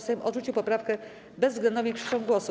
Sejm odrzucił poprawkę bezwzględną większością głosów.